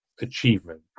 achievement